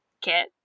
kit